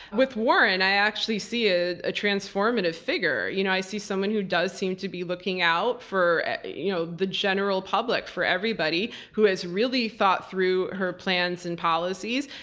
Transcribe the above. with warren, i actually see it as a transformative figure. you know i see someone who does seem to be looking out for you know the general public, for everybody. who has really thought through her plans and policies,